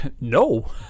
no